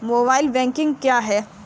Mobile banking क्या है?